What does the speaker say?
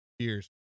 Cheers